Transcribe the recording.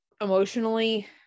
emotionally